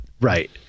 Right